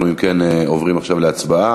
אנחנו, אם כן, עוברים עכשיו להצבעה.